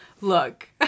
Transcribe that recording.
Look